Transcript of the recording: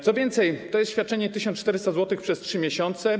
Co więcej, to jest świadczenie 1400 zł przez 3 miesiące.